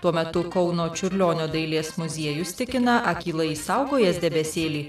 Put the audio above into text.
tuo metu kauno čiurlionio dailės muziejus tikina akylai saugojęs debesėlį